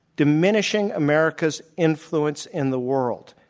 diminishing america's influence in the world.